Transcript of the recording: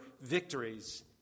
victories